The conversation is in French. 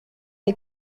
des